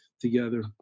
together